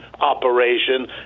operation